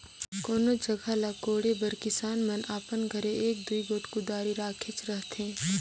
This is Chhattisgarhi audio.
कोनोच जगहा ल कोड़े बर किसान मन अपन घरे एक दूई गोट कुदारी रखेच रहथे